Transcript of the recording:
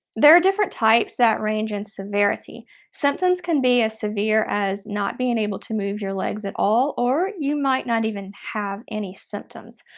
there are different types that range in severity symptoms can be as severe as not being able to move your legs at all, or you might not even have any symptoms.